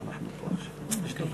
נכון.